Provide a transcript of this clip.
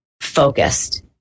focused